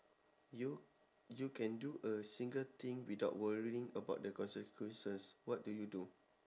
you you can do a single thing without worrying about the consequences what do you do